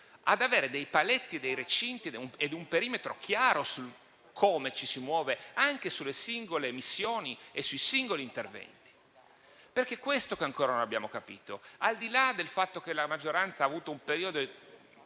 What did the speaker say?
ad avere dei paletti, dei recinti e un perimetro chiaro sul come ci si muove anche sulle singole missioni e sui singoli interventi. È questo che ancora non abbiamo capito, al di là del fatto che la maggioranza e il Governo